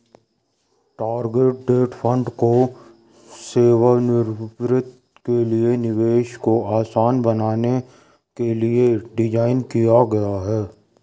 target date fund को सेवानिवृत्ति के लिए निवेश को आसान बनाने के लिए डिज़ाइन किया गया है